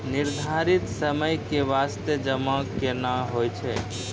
निर्धारित समय के बास्ते जमा केना होय छै?